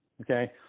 okay